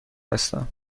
هستم